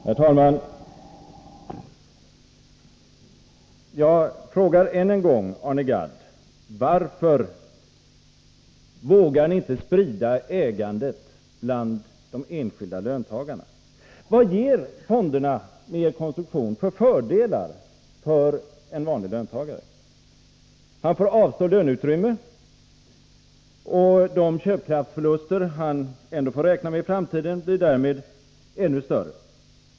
Herr talman! Jag frågar än en gång Arne Gadd: Varför vågar ni inte sprida ägandet bland de enskilda löntagarna? Vad ger fonderna med er konstruktion för fördelar för en vanlig löntagare? Han får avstå löneutrymme, och de köpkraftsförluster han måste räkna med i framtiden blir därmed ännu större.